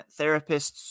therapists